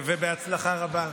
ובהצלחה רבה.